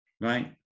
right